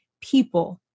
people